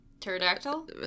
Pterodactyl